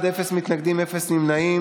לא מקבלים אבטלה,